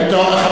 התשובה שלך,